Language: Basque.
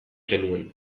genuen